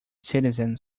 citizens